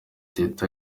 teta